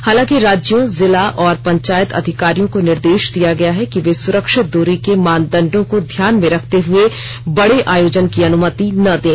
हालांकि राज्यों जिला और पंचायत अधिकारियों को निर्देश दिया गया है कि वे सुरक्षित दूरी के मानदंडों को ध्यान में रखते हुए बड़े आयोजन की अनुमति न दें